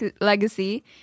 legacy